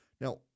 Now